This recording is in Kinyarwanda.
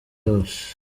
hose